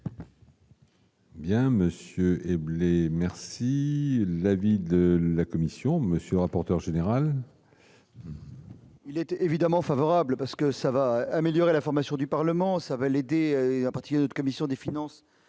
et blessé, merci l'avis de la Commission, monsieur le rapporteur général. Il était évidemment favorable parce que ça va améliorer la formation du Parlement, ça va l'aider à partir de commission des finances,